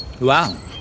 Wow